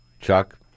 Chuck